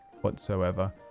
whatsoever